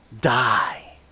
Die